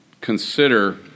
consider